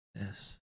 Yes